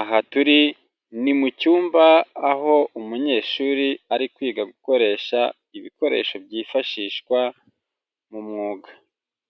aha turi ni mu cyumba, aho umunyeshuri ari kwiga gukoresha ibikoresho byifashishwa mu mwuga.